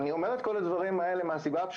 היום כל הילדים האלה יכולים להיות מטופלים